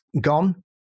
gone